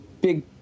big